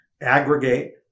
aggregate